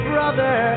Brother